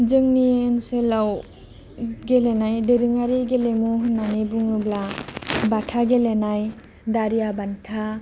जोंनि ओनसोलाव गेलेनाय दोरोङारि गेलेमु होननानै बुङोब्ला बाथा गेलेनाय दारिया बान्था